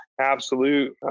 absolute